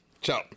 ciao